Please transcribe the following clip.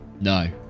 No